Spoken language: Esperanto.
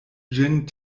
ĝin